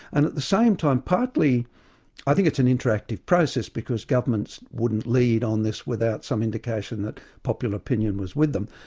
and at the same time, partly i think it's an interactive process because governments wouldn't lead on this without some indication that popular opinion was with them,